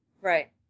Right